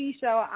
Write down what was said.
show